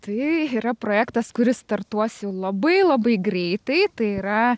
tai yra projektas kuris startuos jau labai labai greitai tai yra